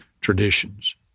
traditions